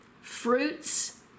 fruits